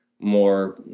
more